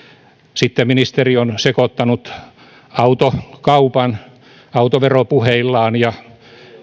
sitten ministeri on sekoittanut autokaupan autoveropuheillaan ja